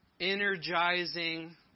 Energizing